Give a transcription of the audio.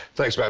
thanks, man.